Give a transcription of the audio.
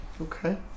Okay